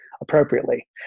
appropriately